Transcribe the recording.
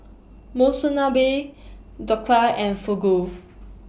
Monsunabe Dhokla and Fugu